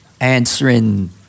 answering